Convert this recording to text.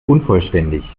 unvollständig